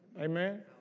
Amen